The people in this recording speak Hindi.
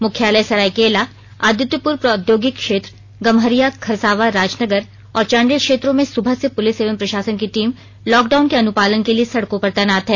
मुख्यालय सरायकेला आदित्यपुर औद्योगिक क्षेत्र गम्हरिया खरसावां राजनगर और चांडिल क्षेत्रों में सुबह से पुलिस एवं प्रशासन की टीम लॉक डाउन के अनुपालन के लिए सड़कों पर तैनात है